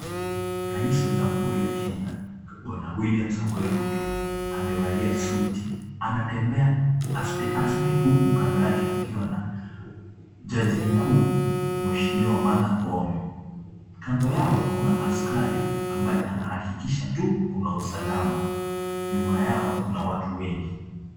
Rais wa jamhuri ya Kenya bwana William Samoei Ruto, amevalia suti, anatembea asteaste huku kando yake kukiwa na jaji mkuu mweshimiwa Martha Koome. Kando yao kuna askari ambaye anahikikisha tu! kuna usalama, nyuma yao kuna watu wengi.